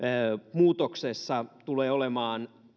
muutoksessa tulee olemaan